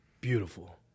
Beautiful